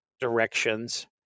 directions